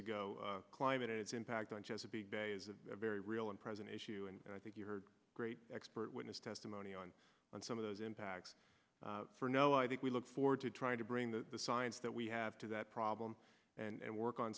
ago climate and its impact on chesapeake bay is a very real and present issue and i think you heard great expert witness testimony on some of those impacts for no i think we look forward to trying to bring the science that we have to that problem and work on